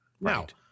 Right